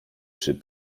czy